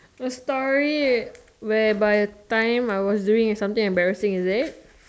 the story whereby the time I was doing something embarrassing is it